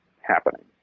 happening